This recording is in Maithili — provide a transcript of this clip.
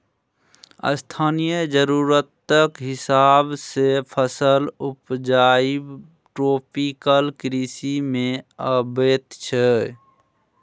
स्थानीय जरुरतक हिसाब सँ फसल उपजाएब ट्रोपिकल कृषि मे अबैत छै